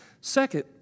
Second